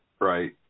Right